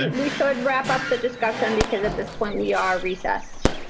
and we should wrap up the discussion because at this point we are recessed.